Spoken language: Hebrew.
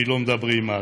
כי לא מדברים על